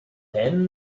then